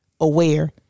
aware